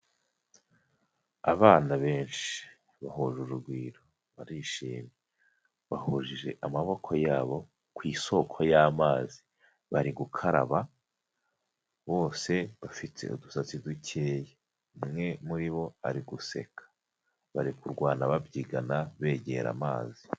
Abana benshi bahuje urugwiro barishimye bahuje amaboko yabo ku isoko y'amazi bari gukaraba bose bafite udusatsi dukeya umwe muri bo ari guseka bari kurwana babyigana begera amazi.